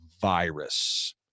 virus